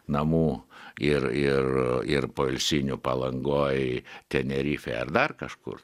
namų ir ir ir poilsinių palangoj tenerifėj ar dar kažkur